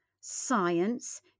science